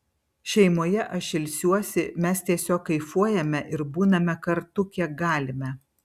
šeimoje aš ilsiuosi mes tiesiog kaifuojame ir būname kartu kiek galime